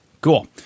Cool